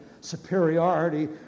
superiority